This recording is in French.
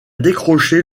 décroché